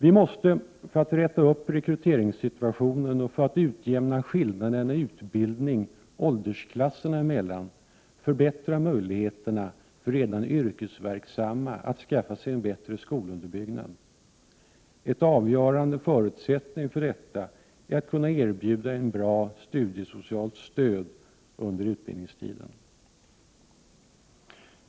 För att komma till rätta med rekryteringssituationen och för att utjämna skillnaden i utbildning mellan åldersklasserna måste vi förbättra möjligheterna för redan yrkesverksamma att skaffa sig en bättre skolunderbyggnad. En avgörande förutsättning för detta är att kunna erbjuda ett bra studiesocialt stöd under utbildningstiden.